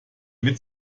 mit